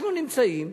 אנחנו נמצאים,